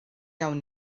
gawn